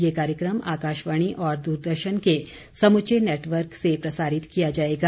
यह कार्यक्रम आकाशवाणी और द्रदर्शन के समूचे नेटवर्क से प्रसारित किया जाएगा